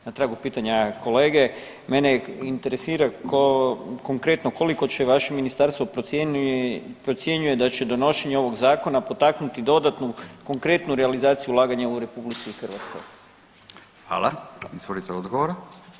Na tragu pitanja kolege mene interesira konkretno koliko će vaše ministarstvo procjenjuje da će donošenje ovog zakona potaknuti dodatnu konkretnu realizaciju ulaganja u RH?